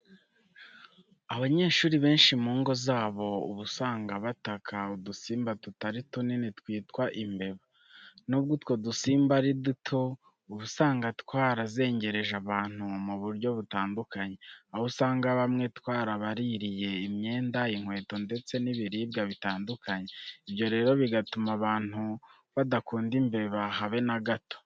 Abantu benshi mu ngo zabo, uba usanga bataka udusimba tutari tunini twitwa imbeba. Nubwo utwo dusimba ari duto, uba usanga twarazengereje abantu mu buryo butandukanye, aho usanga bamwe twarabaririye imyenda, inkweto ndetse n'ibiribwa bitandukanye. Ibyo rero bigatuma abantu badakunda imbeba habe na gato.